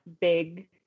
big